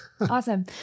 Awesome